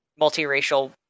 multiracial